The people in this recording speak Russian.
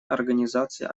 организации